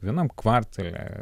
vienam kvartale